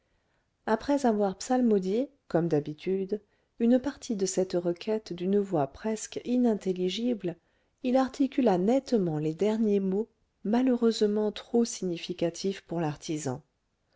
après avoir psalmodié comme d'habitude une partie de cette requête d'une voix presque inintelligible il articula nettement les derniers mots malheureusement trop significatifs pour l'artisan